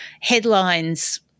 Headlines